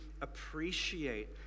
appreciate